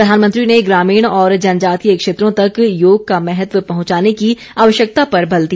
प्रधानमंत्री ने ग्रामीण और जनजातीय क्षेत्रों तक योग का महत्व पहंचाने की आवश्यकता पर बल दिया